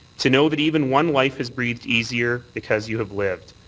to know that even one life has breathed easier because you have lived,